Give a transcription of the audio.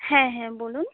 হ্যাঁ হ্যাঁ বলুন